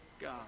god